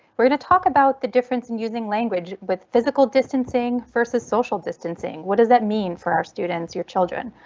we're going to talk about the difference in using language with physical distancing versus social distancing. what does that mean for our students, your children.